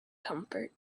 comfort